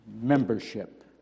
membership